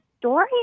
story